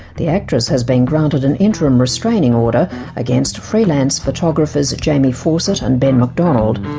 the actress has been granted an interim restraining order against freelance photographers jamie fawcett and ben mcdonald.